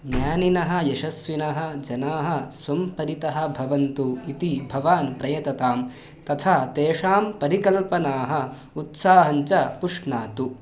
ज्ञानिनः यशस्विनः जनाः स्वम्परितः भवन्तु इति भवान् प्रयततां तथा तेषां परिकल्पनाः उत्साहञ्च पुष्णातु